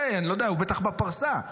הוא בטח בפרסה.